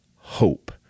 hope